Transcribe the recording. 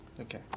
Okay